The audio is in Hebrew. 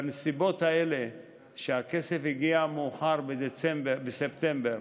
בנסיבות האלה שהכסף הגיע מאוחר, בספטמבר,